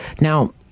Now